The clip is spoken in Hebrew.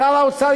שר האוצר,